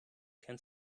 can